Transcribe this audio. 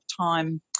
time